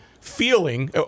feeling